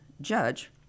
Judge